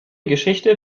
geschichte